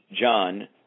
John